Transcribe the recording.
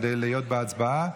כדי להיות בהצבעה,